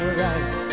right